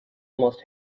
must